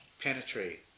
penetrate